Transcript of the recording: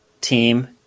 team